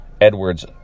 Edward's